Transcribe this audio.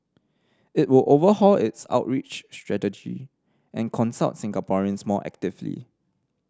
it would overhaul its outreach strategy and consult Singaporeans more actively